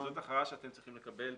זאת הכרעה שאתם צריכים לקבל.